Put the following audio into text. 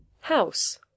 House